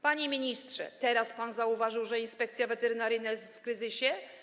Panie ministrze, teraz pan zauważył, że Inspekcja Weterynaryjna jest w kryzysie?